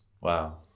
wow